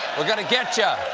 we're gonna get cha!